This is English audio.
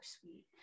sweet